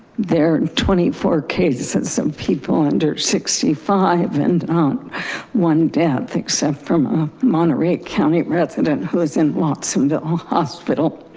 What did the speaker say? there twenty four cases some people under sixty five and one death except from ah monterey county resident who is in watsonville hospital.